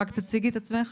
רק תציגי את עצמך.